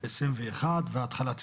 2021 והתחלת 2022,